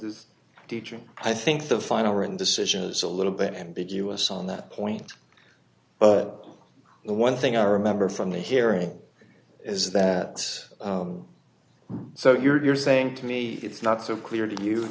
does teaching i think the final written decision is a little bit ambiguous on that point but the one thing i remember from the hearing is that so you're saying to me it's not so clear to